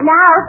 Now